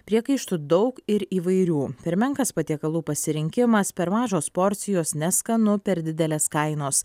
priekaištų daug ir įvairių per menkas patiekalų pasirinkimas per mažos porcijos neskanu per didelės kainos